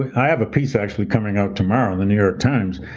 i have a piece actually coming out tomorrow in the new york times